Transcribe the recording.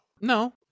No